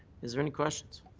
is there any questions?